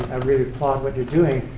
really applaud what you're doing.